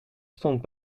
stond